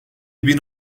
bin